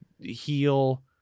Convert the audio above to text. heal